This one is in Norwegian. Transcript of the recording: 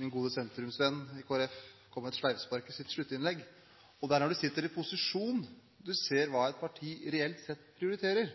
min gode sentrumsvenn i Kristelig Folkeparti kom med et sleivspark i sitt sluttinnlegg. Det er når du sitter i posisjon du ser hva et parti reelt sett prioriterer.